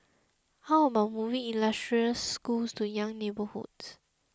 how about moving illustrious schools to young neighbourhoods